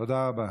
תודה רבה.